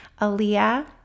Aaliyah